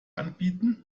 anbieten